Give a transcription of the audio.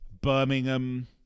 Birmingham